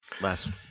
last